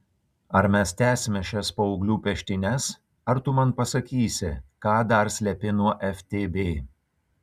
ar mes tęsime šias paauglių peštynes ar tu man pasakysi ką dar slepi nuo ftb